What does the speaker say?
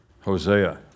Hosea